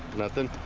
nothing.